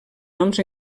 noms